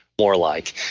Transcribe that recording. more like.